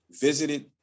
visited